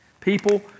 people